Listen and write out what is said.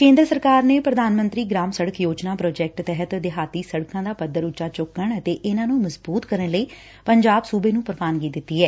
ਕੇ'ਦਰ ਸਰਕਾਰ ਨੇ ਪ੍ਰਧਾਨ ਮੰਤਰੀ ਗ੍ਰਾਮ ਸੜਕ ਯੋਜਨਾ ਪ੍ਰਾਜੈਕਟ ਤਹਿਤ ਦਿਹਾਤੀ ਸੜਕਾ' ਦਾ ਪੱਧਰ ਉੱਚਾ ਚੁੱਕਣ ਅਤੇ ਇਹਨਾਂ ਨੂੰ ਮਜ਼ਬੁਤ ਕਰਨ ਲਈ ਪੰਜਾਬ ਸੁਬੇ ਨੂੰ ਪ੍ਰਵਾਨਗੀ ਦੇ ਦਿੱਤੀ ਐ